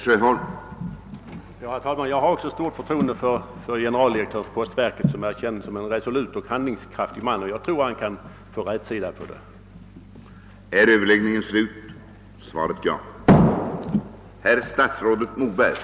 Också jag har stort förtroende för generaldirektören för postverket, som jag känner som en resolut och handlingskraftig man, och jag tror att han kommer att kunna få rätsida på detta problem.